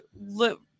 look